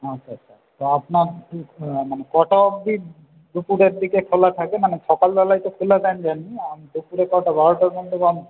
আচ্ছা আচ্ছা আচ্ছা তা আপনার মানে কটা অবধি দুপুরের দিকে খোলা থাকে মানে সকালবেলায় তো খোলার টাইম জানি আমি দুপুরে কটা বারোটা পর্যন্ত